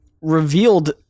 revealed